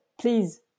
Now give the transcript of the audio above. please